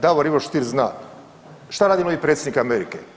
Davor Ivo Stier zna, šta radi novi predsjednik Amerike?